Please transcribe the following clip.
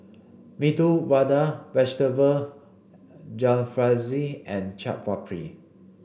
Medu Vada Vegetable Jalfrezi and Chaat Papri